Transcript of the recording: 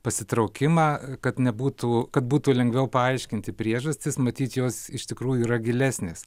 pasitraukimą kad nebūtų kad būtų lengviau paaiškinti priežastis matyt jos iš tikrųjų yra gilesnės